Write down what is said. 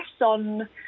on